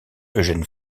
eugène